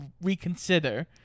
reconsider